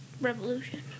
revolution